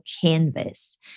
Canvas